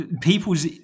people's